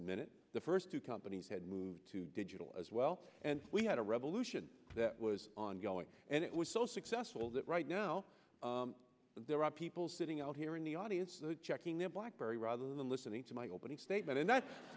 a minute the first two companies had moved to digital as well and we had a revolution that was ongoing and it was so successful that right now there are people sitting out here in the audience checking their blackberry rather than listening to my opening statement and that's